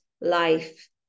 life